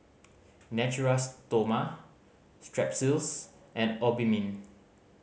Natura Stoma Strepsils and Obimin